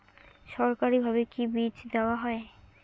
সরকারিভাবে কি বীজ দেওয়া হয়?